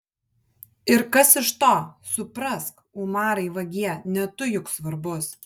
ir kas iš to suprask umarai vagie ne tu juk svarbus